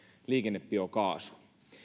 liikennebiokaasu